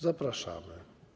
Zapraszamy.